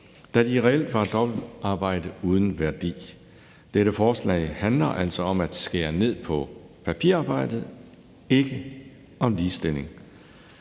da det reelt var dobbeltarbejde uden værdi. Dette forslag handler altså om at skære ned på papirarbejdet; det handler ikke om ligestilling.